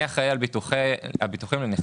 הביטוחים?